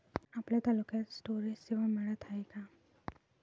आपल्या तालुक्यात स्टोरेज सेवा मिळत हाये का?